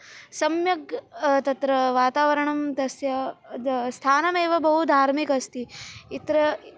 सम्यक् तत्र वातावरणं तस्य द स्थानमेव बहु धार्मिकम् अस्ति यत्र